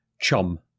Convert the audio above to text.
chum